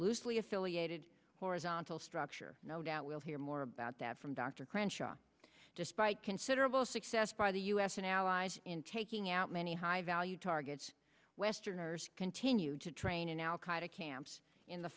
loosely affiliated horizontal structure no doubt we'll hear more about that from dr crenshaw despite considerable success by the u s and allies in taking out many high value targets westerners continue to train in al